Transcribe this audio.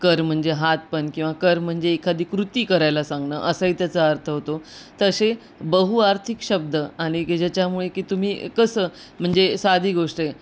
कर म्हणजे हात पण किंवा कर म्हणजे एखादी कृती करायला सांगणं असाही त्याचा अर्थ होतो तर असे बहुअर्थिक शब्द आणि की ज्याच्यामुळे की तुम्ही कसं म्हणजे साधी गोष्ट आहे